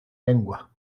lengua